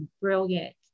brilliant